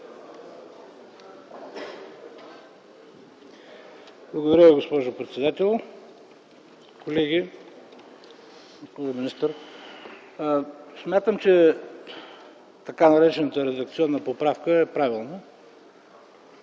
Благодаря Ви, госпожо председател. Колеги, госпожо министър! Смятам, че така наречената редакционна поправка е правилна.